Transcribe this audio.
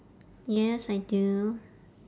yes I do